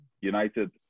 United